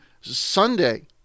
Sunday